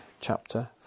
chapter